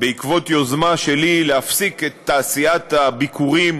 בעקבות יוזמה שלי להפסיק את תעשיית הביקורים